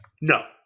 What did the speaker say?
No